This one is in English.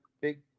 big